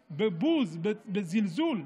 בבוז, בזלזול,